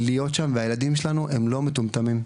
להיות שם והילדים שלנו הם לא מטומטמים,